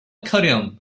cairum